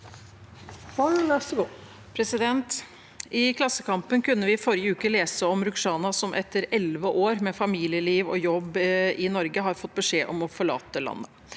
«I Klassekampen kun- ne vi forrige uke lese om Rukhsana som etter elleve år med familieliv og jobb i Norge har fått beskjed om å forlate landet